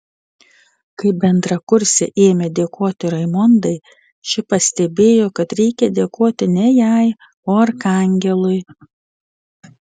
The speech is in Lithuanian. kai bendrakursė ėmė dėkoti raimondai ši pastebėjo kad reikia dėkoti ne jai o arkangelui